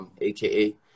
AKA